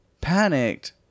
Panicked